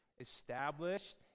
established